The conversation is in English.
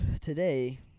today